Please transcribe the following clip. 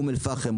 אום אל-פחם,